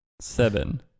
Seven